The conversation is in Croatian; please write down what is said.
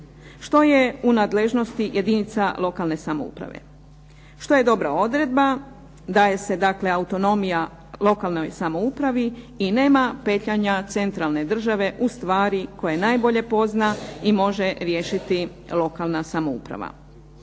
što je u nadležnosti jedinica lokalne samouprave. Što je dobra odredba daje se dakle autonomija lokalnoj samoupravi i nema petljanja centralne države ustvari koje najbolje pozna i može riješiti lokalna samouprava.